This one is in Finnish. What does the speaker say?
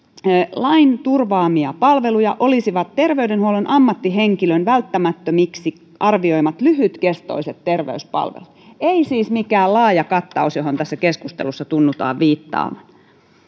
lain turvaamia palveluja olisivat terveydenhuollon ammattihenkilön välttämättömiksi arvioimat lyhytkestoiset terveyspalvelut ei siis mikään laaja kattaus johon tässä keskustelussa tunnutaan viittaavan